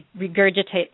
regurgitate